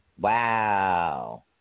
Wow